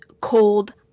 cold